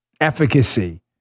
efficacy